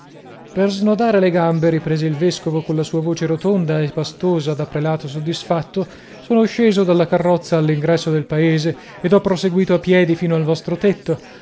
per snodare le gambe riprese il vescovo colla sua voce rotonda e pastosa da prelato soddisfatto son sceso dalla carrozza all'ingresso del paese ed ho proseguito a piedi fino al vostro tetto